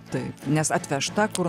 taip nes atvežta kur